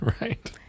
Right